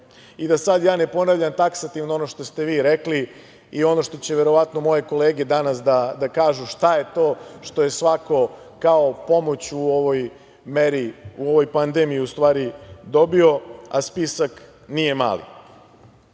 Da sad ja ne ponavljam taksativno ono što ste vi rekli i ono što će verovatno moje kolege danas da kažu šta je to što je svako kao pomoć u ovoj pandemiji dobio, a spisak nije mali.